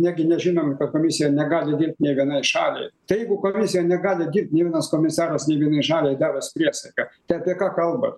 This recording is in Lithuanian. netgi nežinom kad komisija negali dirbt nei vienai šaliai tai jeigu komisija negali dirbt nei vienas komisaras nei vienai šaliai davęs priesaiką tai apie ką kalba